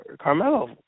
Carmelo